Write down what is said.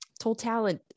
total